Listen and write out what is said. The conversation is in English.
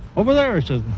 over there, i said.